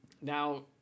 now